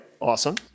Awesome